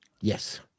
Yes